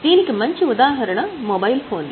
దీనికి మంచి ఉదాహరణ మొబైల్ ఫోన్లు